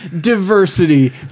Diversity